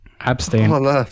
Abstain